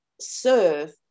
serve